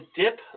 dip